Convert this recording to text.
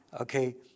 okay